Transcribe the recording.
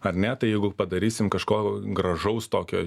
ar ne tai jeigu padarysim kažko gražaus tokio